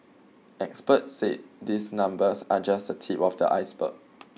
experts said these numbers are just the tip of the iceberg